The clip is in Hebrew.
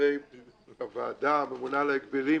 חברי הוועדה, הממונה על ההגבלים,